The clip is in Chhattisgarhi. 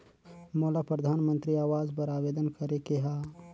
मोला परधानमंतरी आवास बर आवेदन करे के हा?